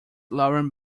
lauren